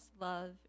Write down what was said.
love